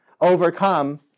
overcome